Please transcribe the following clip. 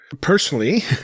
personally